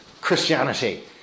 Christianity